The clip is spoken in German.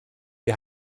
wir